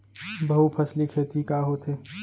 बहुफसली खेती का होथे?